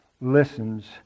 listens